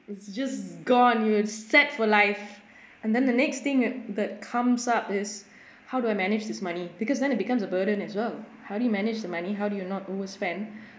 it's just gone you will set for life and then the next thing y~ that comes up is how do I manage this money because then it becomes a burden as well how do you manage the money how do you not over spend